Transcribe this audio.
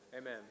Amen